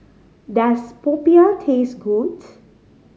does popiah taste good